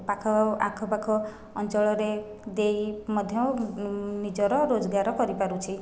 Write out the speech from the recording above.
ପାଖ ଆଖପାଖ ଅଞ୍ଚଳରେ ଦେଇ ମଧ୍ୟ ନିଜର ରୋଜଗାର କରିପାରୁଛି